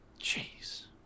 jeez